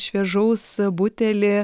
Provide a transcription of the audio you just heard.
šviežaus butelį